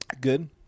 Good